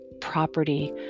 property